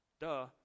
Duh